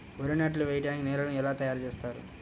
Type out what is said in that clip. వరి నాట్లు వేయటానికి నేలను ఎలా తయారు చేస్తారు?